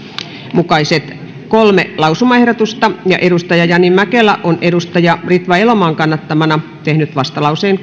mukaiset kolme lausumaehdotusta ja jani mäkelä on ritva elomaan kannattamana tehnyt vastalauseen